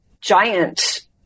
giant